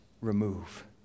remove